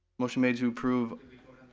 motion made to approve.